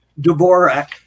Dvorak